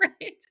Right